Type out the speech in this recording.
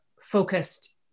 focused